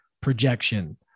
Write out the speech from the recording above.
projection